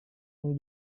yang